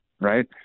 right